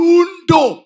Lundo